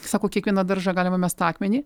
sako į kiekvieno daržą galima mest akmenį